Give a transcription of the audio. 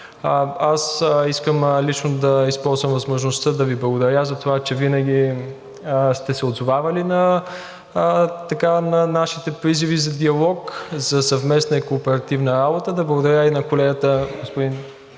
Аз искам да използвам възможността лично да Ви благодаря за това, че винаги сте се отзовавали на нашите призиви за диалог, за съвместна и кооперативна работа. Да благодаря и на колегата господин